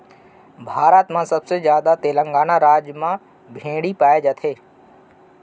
भारत म सबले जादा तेलंगाना राज म भेड़ी पाए जाथे